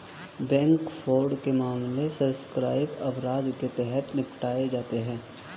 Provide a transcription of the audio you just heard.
bank fraud के मामले cyber अपराध के तहत निपटाए जाते हैं